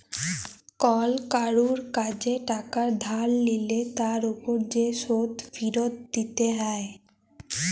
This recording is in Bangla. কল কারুর কাজে টাকা ধার লিলে তার উপর যে শোধ ফিরত দিতে হ্যয়